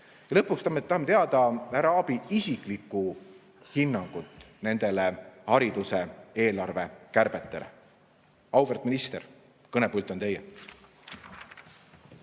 Lõpuks tahame teada härra Aabi isiklikku hinnangut hariduseelarve kärbetele. Auväärt minister, kõnepult on teie.